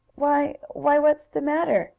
why why what's the matter?